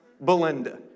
Belinda